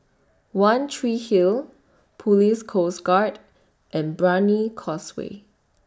one Tree Hill Police Coast Guard and Brani Causeway